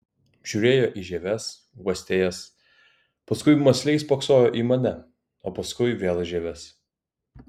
žiūrėjo į žieves uostė jas paskui mąsliai spoksojo į mane o paskui vėl į žieves